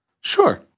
Sure